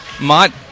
Mott